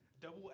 Double